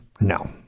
No